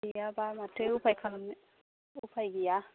गैयाबा माथो उफाय खालामनो उफाय गैया